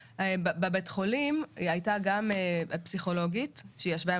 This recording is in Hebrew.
בבית החולים הייתה גם הפסיכולוגית שישבה עם